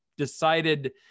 decided